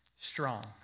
strong